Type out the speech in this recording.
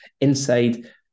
inside